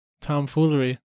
tomfoolery